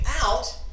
out